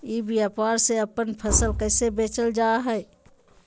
ई व्यापार से अपन फसल कैसे बेचल जा हाय?